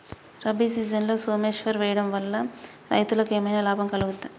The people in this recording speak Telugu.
రబీ సీజన్లో సోమేశ్వర్ వేయడం వల్ల రైతులకు ఏమైనా లాభం కలుగుద్ద?